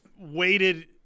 waited